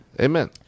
Amen